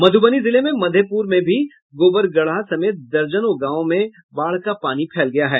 मधुबनी जिले में मधेपुर में भी गोबरगढ़ा समेत दर्जनों गांव में बाढ़ का पानी फैल गया है